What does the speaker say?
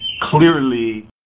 clearly